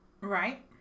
Right